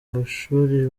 mashuri